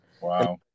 Wow